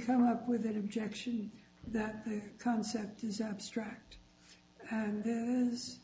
come up with an objection that the concept is abstract is